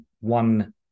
one